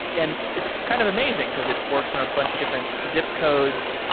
and it's kind of amazing because it works on a bunch of different zip codes.